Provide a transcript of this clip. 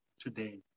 today